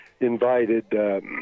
invited